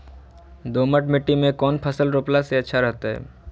दोमट मिट्टी में कौन फसल रोपला से अच्छा रहतय?